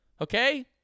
Okay